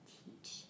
teach